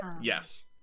Yes